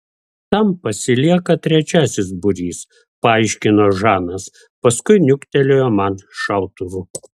tam pasilieka trečiasis būrys paaiškino žanas paskui niuktelėjo man šautuvu